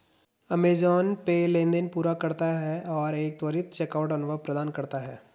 Amazon पे लेनदेन पूरा करता है और एक त्वरित चेकआउट अनुभव प्रदान करता है